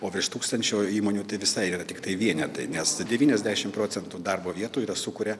o virš tūkstančio įmonių tai visai yra tiktai vienetai nes devyniasdešim procentų darbo vietų yra sukuria